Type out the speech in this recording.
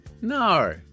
No